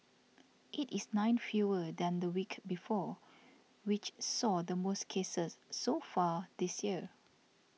it is nine fewer than the week before which saw the most cases so far this year